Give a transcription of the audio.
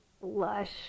lush